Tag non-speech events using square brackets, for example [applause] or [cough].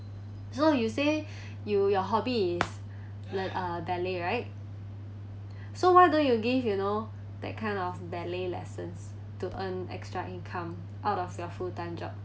so you say [breath] you your hobby is learn~ uh ballet right so why don't you give you know that kind of ballet lessons to earn extra income out of your full time job